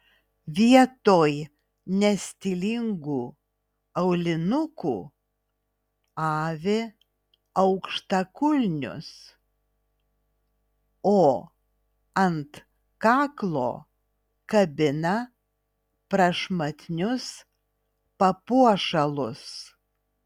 vietoj nestilingų aulinukų avi aukštakulnius o ant kaklo kabina prašmatnius papuošalus